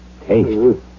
Taste